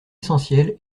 essentiel